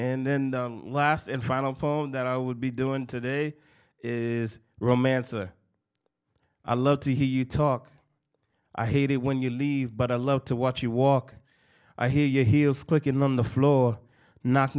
and then the last and final poem that i would be doing today is romance or i love to hear you talk i hate it when you leave but i love to watch you walk i hear your heels clicking on the floor knock